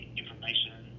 information